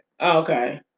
okay